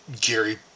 gary